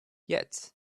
yet